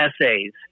essays